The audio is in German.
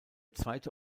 zweite